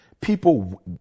people